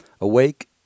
Awake